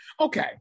Okay